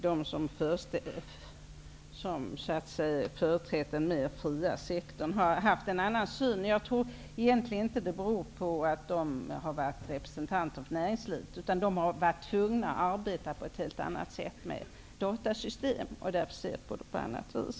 De som har företrätt den fria sektorn har haft en annan syn. Jag tror egentligen inte att det har berott på att de har varit representanter för näringslivet. De har varit tvungna att arbeta på ett helt annat sätt med datasystem. Därför ser de på detta på ett annat vis.